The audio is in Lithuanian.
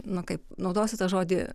nu kaip naudosiu tą žodį